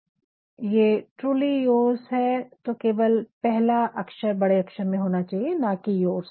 यदि ये truly yours है तो केवल पहला अक्षर बड़े अक्षर में होना चाहिए न की योर्स